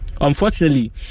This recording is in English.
Unfortunately